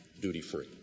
duty-free